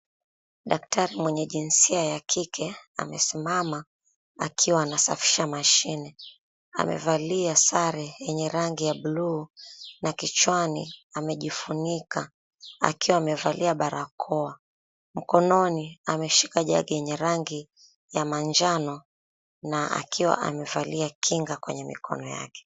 Daktari mwenye jinsia ya kike amesimama akiwa anasafisha mashine. Amevalia sare yenye rangi ya buluu na kichwani amejifunika akiwa amevalia barakoa. Mkononi ameshika jug yenye rangi ya manjano na akiwa amevalia kinga kwenye mikono yake.